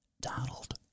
Donald